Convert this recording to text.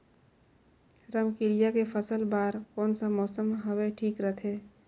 रमकेलिया के फसल बार कोन सा मौसम हवे ठीक रथे?